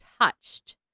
touched